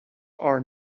are